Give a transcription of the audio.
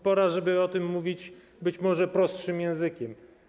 Pora, żeby o tym mówić być może prostszym językiem.